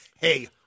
hey